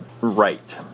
right